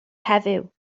heddiw